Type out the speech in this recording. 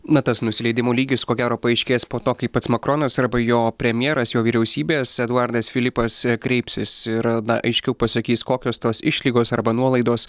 na tas nusileidimo lygis ko gero paaiškės po to kai pats makronas arba jo premjeras jo vyriausybės eduardas filipas kreipsis ir na aiškiau pasakys kokios tos išlygos arba nuolaidos